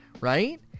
right